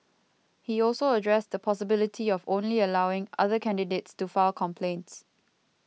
he also addressed the possibility of only allowing other candidates to file complaints